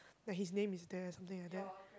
like his name is there or something like that